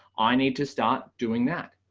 i need to start doing that.